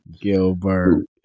Gilbert